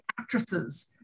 actresses